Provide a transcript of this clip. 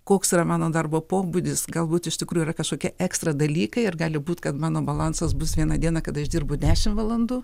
koks yra mano darbo pobūdis galbūt iš tikrųjų yra kažkokie ekstra dalykai ir gali būt kad mano balansas bus vieną dieną kada išdirbu dešim valandų